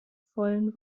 vollen